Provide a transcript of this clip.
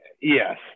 Yes